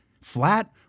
Flat